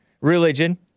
religion